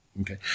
okay